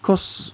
cause